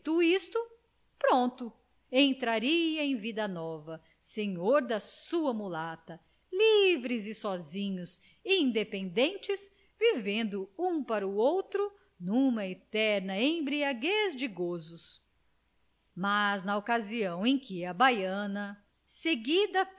feito isto pronto entraria em vida nova senhor da sua mulata livres e sozinhos independentes vivendo um para o outro numa eterna embriaguez de gozos mas na ocasião em que a baiana seguida